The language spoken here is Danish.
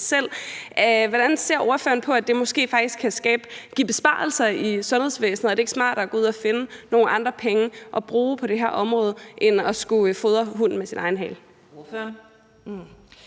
Hvordan ser ordføreren på, at det måske faktisk kan give besparelser i sundhedsvæsenet? Er det ikke smartere at gå ud og finde nogle andre penge at bruge på det her område end at skulle fodre hunden med sin egen hale?